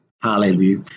Hallelujah